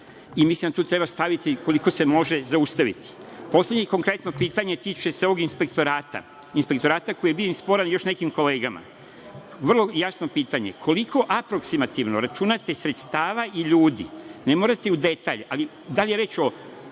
i mislim da se to treba zaustaviti. Poslednje i konkretno pitanje tiče se ovog inspektorata koji je bio sporan još nekim kolegama. Vrlo jasno pitanje – koliko aproksimativno računate sredstava i ljudi, ne morate u detalj, ali da li je reč o